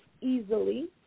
easily